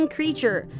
Creature